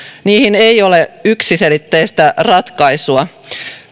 niihin ei ole yksiselitteistä ratkaisua